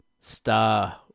star